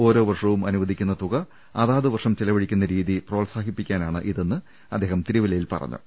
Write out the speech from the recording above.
ഓരോ വർഷവും അനുവദിക്കുന്ന തുക അതാത് വർഷം ചെലവഴിക്കുന്ന രീതി പ്രോത്സാഹിപ്പിക്കാനാണ് ഇതെന്ന് അദ്ദേഹം തിരുവല്ലയിൽ പറഞ്ഞു